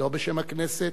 לא בשם הכנסת,